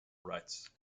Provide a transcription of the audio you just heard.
rights